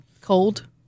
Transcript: cold